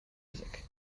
music